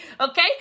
Okay